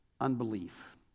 unbelief